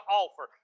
offer